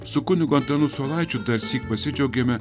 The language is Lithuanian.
su kunigu antanu saulaičiu darsyk pasidžiaugėme